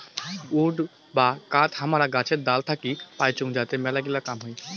would বা কাঠ হামারা গাছের ডাল থাকি পাইচুঙ যাতে মেলাগিলা কাম হই